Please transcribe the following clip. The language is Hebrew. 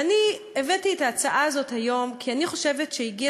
ואני הבאתי את ההצעה הזאת היום כי אני חושבת שהגיע